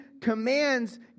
commands